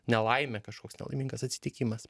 nelaime kažkoks nelaimingas atsitikimas